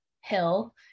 hill